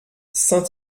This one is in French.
saint